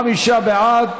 55 בעד,